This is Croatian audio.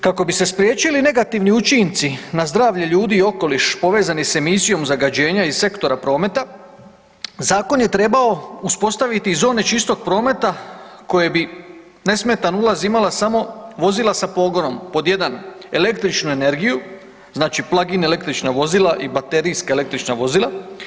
Kako bi se spriječili negativni učinci na zdravlje ljudi i okoliš povezani sa emisijom zagađenja iz Sektora prometa zakon je trebao uspostaviti i zone čistog prometa koje bi nesmetan ulaz imala samo vozila sa pogonom pod jedan električnu energiju, znači plug-in električna vozila i baterijska električna vozila.